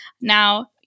Now